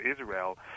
Israel